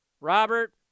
Robert